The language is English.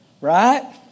Right